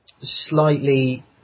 slightly